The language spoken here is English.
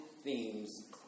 themes